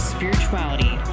Spirituality